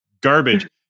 garbage